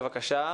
בבקשה,